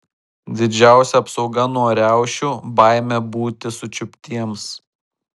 didžiausia apsauga nuo riaušių baimė būti sučiuptiems